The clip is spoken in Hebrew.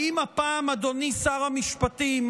האם הפעם, אדוני שר המשפטים,